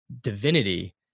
divinity